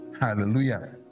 Hallelujah